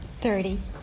Thirty